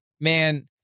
man